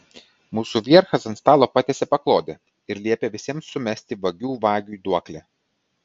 mūsų vierchas ant stalo patiesė paklodę ir liepė visiems sumesti vagių vagiui duoklę